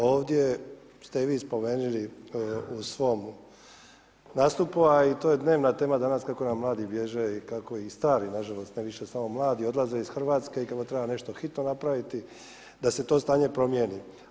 Ovdje ste i vi spomenuli u svom nastupu, a i to je dnevna tema danas kako nam mladi bježe i kako i stari na žalost, ne više samo mladi, odlaze iz Hrvatske i kako treba nešto hitno napraviti da se to stanje promijeni.